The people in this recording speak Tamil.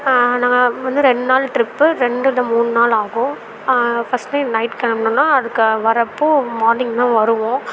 நாங்கள் வந்து ரெண்டு நாள் ட்ரிப்பு ரெண்டு இல்லை மூணு நாள் ஆகும் ஃபர்ஸ்ட் டே நைட் கிளம்புனோன்னா அதற்கு வரப்போ மார்னிங் தான் வருவோம்